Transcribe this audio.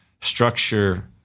structure